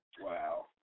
Wow